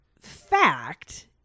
fact